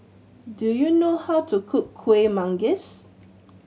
do you know how to cook Kueh Manggis